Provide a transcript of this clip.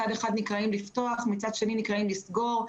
מצד אחד אנחנו נקראים לפתוח ומצד שני נקראים לסגור.